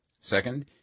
second